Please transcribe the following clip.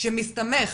שמסתמך